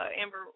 Amber